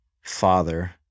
father